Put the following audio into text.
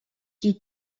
qui